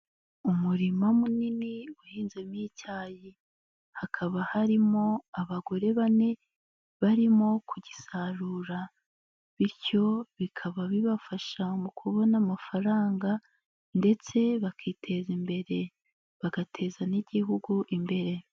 Umurima munini uhinzemo icyayi, hakaba harimo abagore bane barimo kugisarura, bityo bikaba bibafasha mu kubona amafaranga ndetse bakiteza imbere bagateza n'Igihugu imbere.